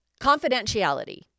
confidentiality